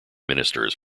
ministers